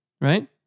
Right